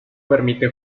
permite